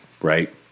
right